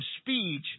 speech